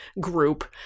group